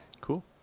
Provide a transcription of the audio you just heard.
Cool